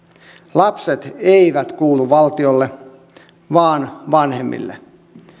lapset eivät kuulu valtiolle vaan vanhemmille